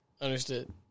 Understood